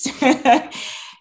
yes